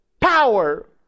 power